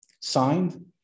signed